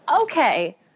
okay